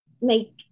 make